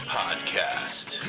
podcast